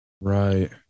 Right